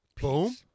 boom